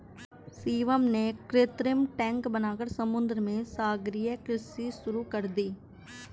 शिवम ने कृत्रिम टैंक बनाकर समुद्र में सागरीय कृषि शुरू कर दी